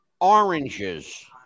oranges